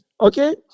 Okay